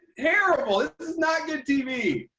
terrible. this is not good tv.